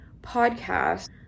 podcast